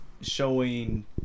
showing